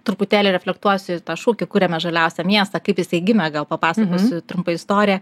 truputėlį reflektuosiu į tą šūkį kuriame žaliausią miestą kaip jisai gimė gal papasakosiu trumpą istoriją